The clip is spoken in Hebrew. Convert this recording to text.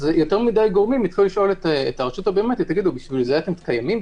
יותר מדי גורמים התחילו לשאול את הרשות הביומטרית: בשביל זה אתם קיימים?